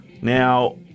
Now